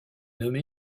nommé